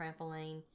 trampoline